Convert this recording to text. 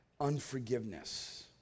unforgiveness